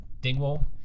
Dingwall